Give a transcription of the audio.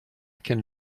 can